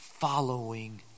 Following